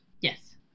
Yes